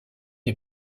est